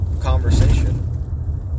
conversation